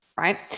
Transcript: Right